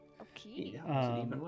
Okay